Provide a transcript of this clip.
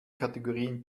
kategorien